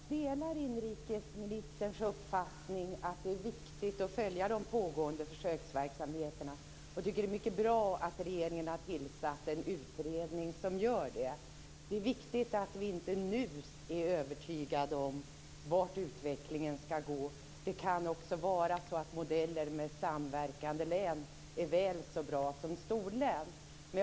Fru talman! Jag delar inrikesministerns uppfattning att det är viktigt att följa de pågående försöksverksamheterna och tycker att det är mycket bra att regeringen har tillsatt en utredning som gör det. Det är viktigt att vi inte nu är övertygade om vart utvecklingen skall gå. Det kan också vara så att modeller med samverkande län är väl så bra som storlän.